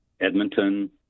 Edmonton